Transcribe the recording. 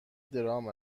درام